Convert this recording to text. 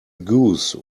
goose